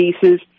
pieces